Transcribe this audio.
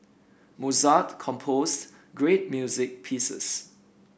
Mozart composed great music pieces